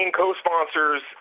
co-sponsors